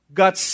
got